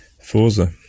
Forza